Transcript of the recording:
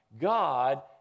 God